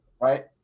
Right